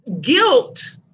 guilt